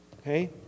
Okay